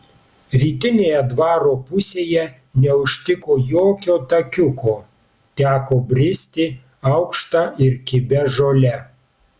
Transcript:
rytinėje dvaro pusėje neužtiko jokio takiuko teko bristi aukšta ir kibia žole